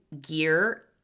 gear